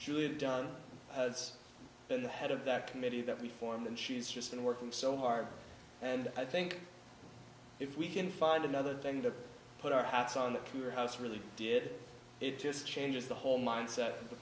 julia done it's been the head of that committee that we formed and she's just been working so hard and i think if we can find another thing to put our hats on the poor house really did it just changes the whole mindset